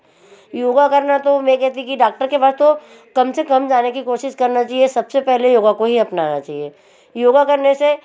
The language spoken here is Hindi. योगा करना तो मैं कहती कि डॉक्टर के पास तो कम से कम जाने की कोशिश करना चाहिए सबसे पेहले योग को ही अपनाना चाहिए योग करने से